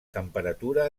temperatura